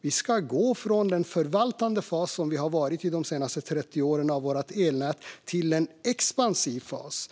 Vi ska gå från den förvaltande fas för elnäten som vi har befunnit oss i under de senaste 30 åren till en expansiv fas.